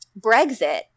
Brexit